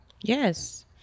Yes